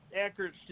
accurate